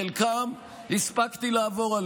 על חלקן הספקתי לעבור,